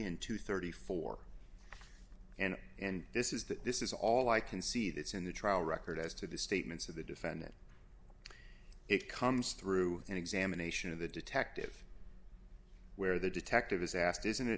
into thirty four and and this is the this is all i can see that's in the trial record as to the statements of the defendant it comes through an examination of the detective where the detective is asked isn't it